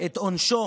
עונשו